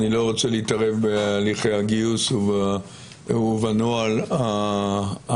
אני לא רוצה להתערב בהליכי הגיוס ובנוהל המקובל,